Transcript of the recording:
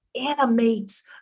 animates